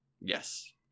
Yes